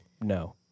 no